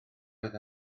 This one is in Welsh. oedd